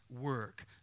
work